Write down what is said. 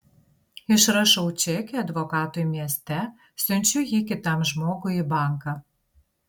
išrašau čekį advokatui mieste siunčiu jį kitam žmogui į banką